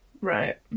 Right